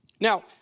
Now